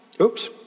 Oops